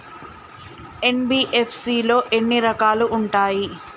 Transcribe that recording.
NBFC లో ఎన్ని రకాలు ఉంటాయి?